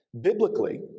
Biblically